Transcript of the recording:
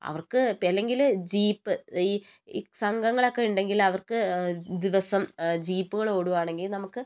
അവർക്ക് അല്ലെങ്കിൽ ജീപ്പ് ഈ സംഘങ്ങളൊക്കെ ഉണ്ടെങ്കിൽ അവർക്ക് ദിവസം ജീപ്പുകൾ ഓടുവാണെങ്കിൽ നമുക്ക്